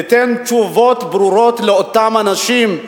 תיתן תשובות ברורות לאותם אנשים,